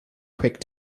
quick